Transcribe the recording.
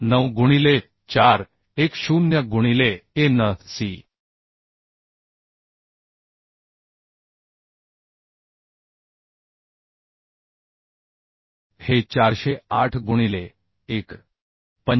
9 गुणिले 4 1 0 गुणिले a n c हे 408 गुणिले 1